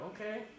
Okay